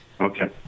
Okay